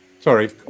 Sorry